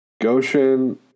Goshen